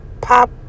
Pop